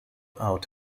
out